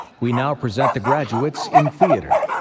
we now present the graduates in theater.